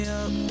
up